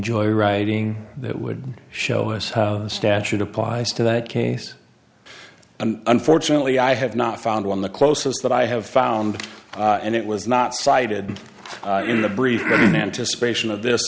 joyriding that would show us the statute applies to that case and unfortunately i have not found one the closest that i have found and it was not cited in the brief anticipation of this